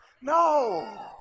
No